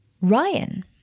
Ryan